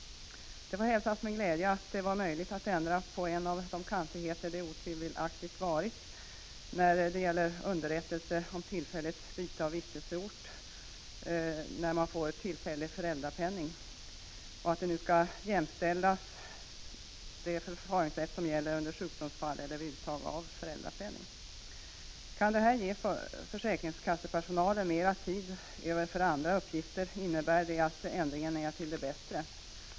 Det får hälsas med glädje att det varit möjligt att ändra på en av de kantigheter som otvivelaktigt förekommit. Det gäller underrättelse om tillfälligt byte av vistelseort när tillfällig föräldrapenning utgår. Förfaringssättet skall nu ändras och jämställas med vad som gäller vid sjukdomsfall eller vid uttag av föräldrapenning. Kan detta ge försäkringskassepersonalen mera tid över för andra uppgifter innebär det att ändringen är till det bättre.